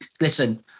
listen